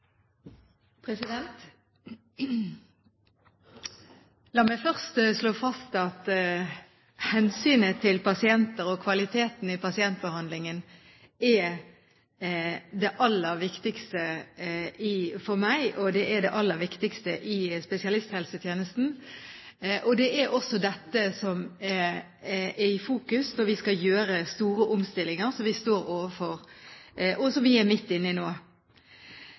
det aller viktigste for meg, og det er det aller viktigste i spesialisthelsetjenesten. Det er også dette som er i fokus når vi skal gjøre store omstillinger som vi står overfor – og som vi er midt inne i nå.